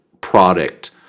product